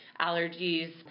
allergies